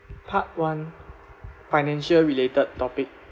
part one financial related topic